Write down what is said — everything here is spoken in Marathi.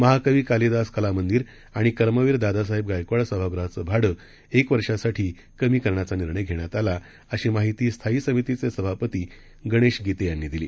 महाकवीकालिदासकलामंदिरआणिकर्मवीरदादासाहेबगायकवाडसभागृहाचेभाडेएकवर्षासाठीक मीकरण्याचानिर्णयघेण्यातआला अशीमाहितीस्थायीसमितीचेसभापतीगणेशगीतेयांनीदिली